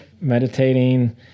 meditating